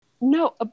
No